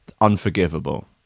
unforgivable